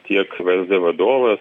tiek vsd vadovas